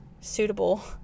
suitable